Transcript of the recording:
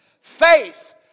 faith